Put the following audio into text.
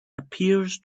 appears